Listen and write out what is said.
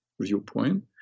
viewpoint